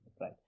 right